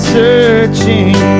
searching